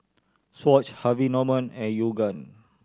Swatch Harvey Norman and Yoogane